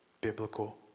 biblical